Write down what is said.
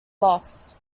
lost